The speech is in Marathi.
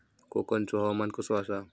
कोकनचो हवामान कसा आसा?